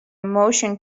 motion